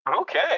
Okay